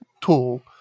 tool